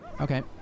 Okay